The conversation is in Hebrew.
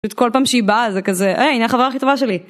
פשוט כל פעם שהיא באה זה כזה, היי הנה החברה הכי טובה שלי.